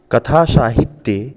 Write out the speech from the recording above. कथासाहित्ये